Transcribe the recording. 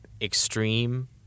extreme